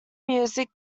music